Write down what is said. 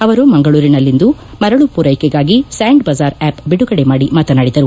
ಅವರು ಮಂಗಳೂರಿನಲ್ಲಿಂದು ಮರಳು ಪೂರೈಕೆಗಾಗಿ ಸ್ಕಾಂಡ್ ಬಜಾರ್ ಆ್ಕಪ್ ಐಡುಗಡೆ ಮಾಡಿ ಮಾತನಾಡಿದರು